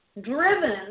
driven